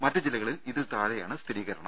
മറ്റ് ജില്ലകളിൽ ഇതിൽ താഴെയാണ് സ്ഥിരീകരണം